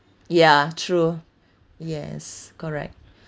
ya true yes correct